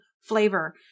flavor